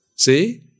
See